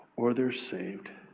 or they're saved.